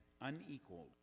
unequaled